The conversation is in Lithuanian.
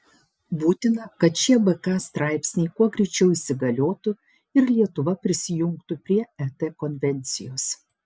būtina kad šie bk straipsniai kuo greičiau įsigaliotų ir lietuva prisijungtų prie et konvencijos